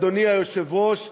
אדוני היושב-ראש,